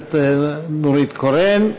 הכנסת נורית קורן.